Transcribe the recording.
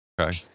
Okay